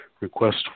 request